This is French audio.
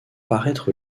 paraître